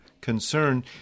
concern